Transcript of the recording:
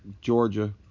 Georgia